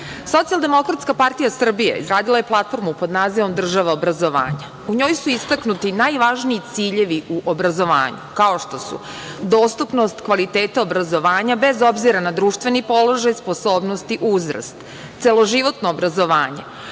znanja. Socijaldemokratska partija Srbije izradila je platformu pod nazivom „Država obrazovanja“. U njoj su istaknuti najvažniji ciljevi u obrazovanju, kao što su: dostupnost kvaliteta obrazovanja bez obzira na društveni položaj, sposobnosti, uzrast, celoživotno obrazovanje,